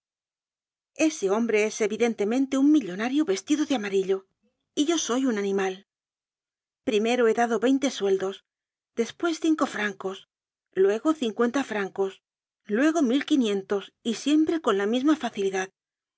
ese hombre es evidentemente un millonario vestido de amarillo y yo soy un animal primero ha dado veinte sueldos despues cinco francos luego cincuenta francos luego mil quinientos y siempre con la misma facilidad